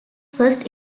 first